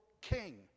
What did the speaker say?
king